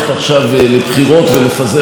ואני אומר שוב,